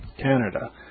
Canada